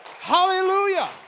Hallelujah